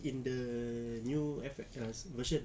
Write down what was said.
in the new F_M uh version